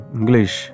English